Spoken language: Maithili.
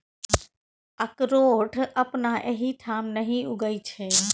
अकरोठ अपना एहिठाम नहि उगय छै